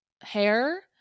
hair